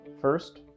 First